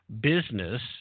business